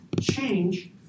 change